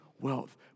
wealth